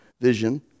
vision